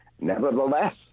Nevertheless